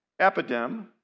Epidem